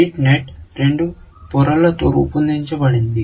రీటే net రెండు పొరలతో రూపొందించబడింది